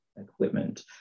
equipment